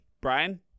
Brian